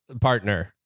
Partner